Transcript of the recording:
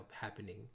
happening